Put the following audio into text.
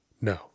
No